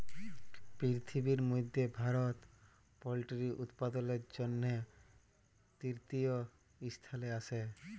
পিরথিবির ম্যধে ভারত পোলটিরি উৎপাদনের জ্যনহে তীরতীয় ইসথানে আসে